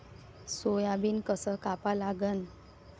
Soybean कस कापा लागन?